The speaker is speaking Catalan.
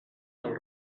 del